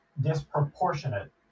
disproportionate